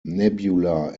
nebula